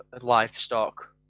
livestock